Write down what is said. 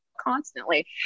constantly